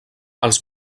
els